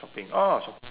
shopping oh shop~